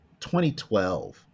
2012